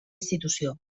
institució